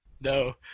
No